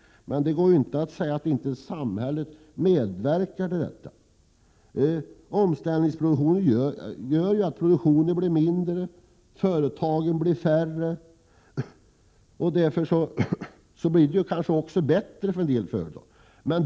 Men det går inte att säga att samhället inte medverkar till detta. Omställningsprocessen gör ju att produktionen blir mindre och företagen blir färre, och därmed blir det kanske bättre för en del företag.